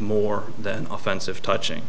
more than offensive touching